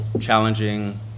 challenging